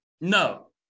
No